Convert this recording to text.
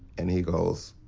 and he goes,